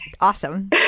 awesome